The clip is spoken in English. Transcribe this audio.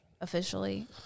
officially